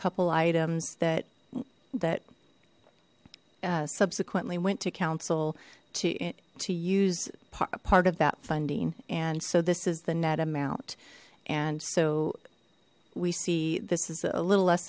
couple items that that subsequently went to council to to use part of that funding and so this is the net amount and so we see this is a little less